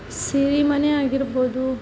ಸಿರಿಮನೆ ಆಗಿರ್ಬೊದು